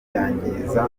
byangiza